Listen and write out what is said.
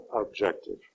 objective